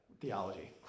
Theology